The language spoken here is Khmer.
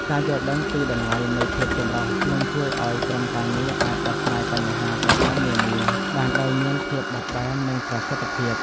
ការយល់ដឹងពីតម្លៃនៃភាពចម្រុះនឹងជួយឱ្យក្រុមការងារអាចដោះស្រាយបញ្ហាប្រឈមនានាបានដោយមានភាពបត់បែននិងប្រសិទ្ធភាព។